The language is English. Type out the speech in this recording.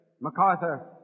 MacArthur